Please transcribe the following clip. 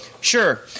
Sure